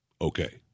okay